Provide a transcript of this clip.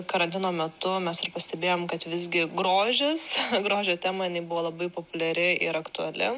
karantino metu mes ir pastebėjom kad visgi grožis grožio tema jinai buvo labai populiari ir aktuali